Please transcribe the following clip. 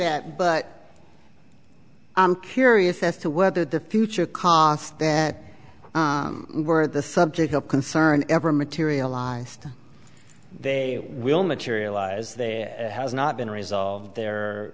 that but i'm curious as to whether the future costs that were the subject of concern ever materialized they will materialize there has not been resolved there